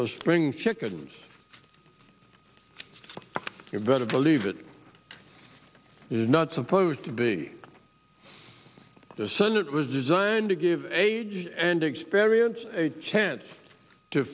the spring chickens you better believe it is not supposed to be the senate was designed to give age and experience a chance to